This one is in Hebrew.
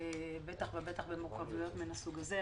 בטח ובטח במורכבויות מן הסוג הזה,